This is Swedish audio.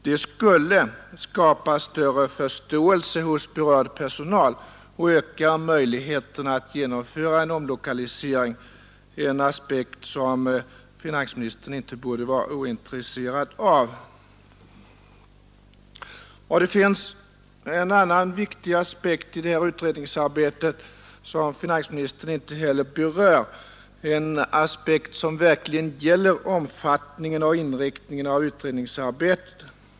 Det skulle skapa större förståelse hos berörd personal och öka möjligheterna att genomföra en omlokalisering — en aspekt som finansministern inte borde vara ointresserad av. Det finns en annan viktig aspekt i detta utredningsarbete som finansministern inte heller berör, en aspekt som verkligen gäller omfattningen och inriktningen av utredningsarbetet.